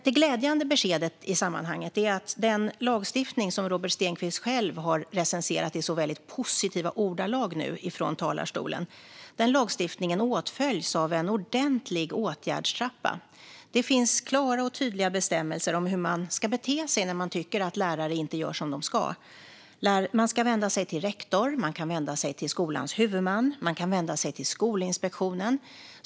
Det glädjande beskedet i sammanhanget är att den lagstiftning som Robert Stenkvist själv nu har recenserat i så väldigt positiva ordalag från talarstolen åtföljs av en ordentlig åtgärdstrappa. Det finns klara och tydliga bestämmelser om hur man ska bete sig när man tycker att lärare inte gör som de ska. Man ska vända sig till rektorn. Man kan vända sig till skolans huvudman. Man kan vända sig till Skolinspektionen.